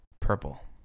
Purple